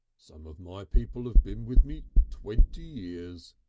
some of my people have been with me twenty years,